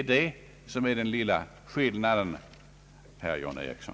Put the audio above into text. Detta är den lilla skillnaden, herr John Ericsson!